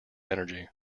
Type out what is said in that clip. energy